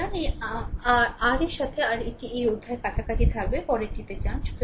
সুতরাং এই আর এর সাথে একটি এই অধ্যায়টি কাছাকাছি থাকবে পরেরটিতে যান